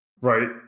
Right